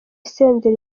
senderi